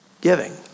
giving